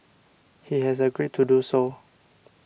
he has agreed to do so